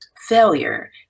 failure